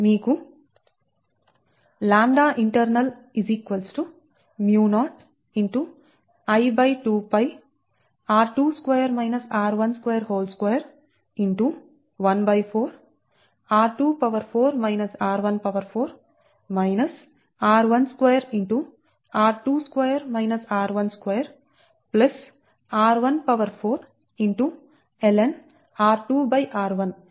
మీకు λint 𝛍0 I2𝜋2 14 r12 r14 lnr2r1 Hm లభిస్తుంది